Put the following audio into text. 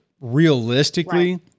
realistically-